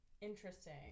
Interesting